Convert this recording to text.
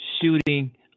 shooting